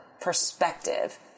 perspective